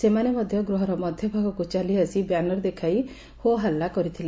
ସେମାନେ ମଧ୍ଧ ଗୃହର ମଧ୍ଧ ଭାଗକୁ ଚାଲିଆସି ବ୍ୟାନର ଦେଖାଇ ହୋ ହାଲ୍ଲା କରିଥିଲେ